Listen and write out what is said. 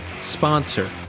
sponsor